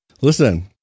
Listen